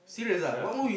yea